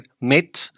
met